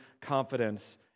confidence